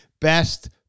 best